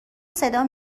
صدا